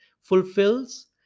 fulfills